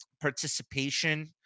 participation